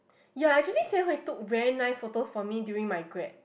ya actually Sen-Hui took very nice photos for me during my grad